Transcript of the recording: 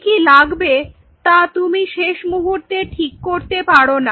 কি কি লাগবে তা তুমি শেষ মুহূর্তে ঠিক করতে পারো না